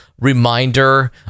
reminder